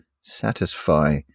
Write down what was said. satisfy